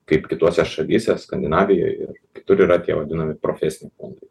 kaip kituose šalyse skandinavijoj ir kitur yra tie vadinami profesniai fondai